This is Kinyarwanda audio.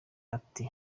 ati